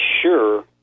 sure